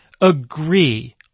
agree